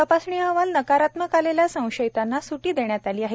तपासणी अहवाल नकारात्मक आलेल्या संषयिताना स्टी देण्यात येत आहे